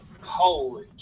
holy